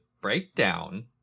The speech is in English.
breakdown